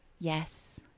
yes